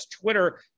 Twitter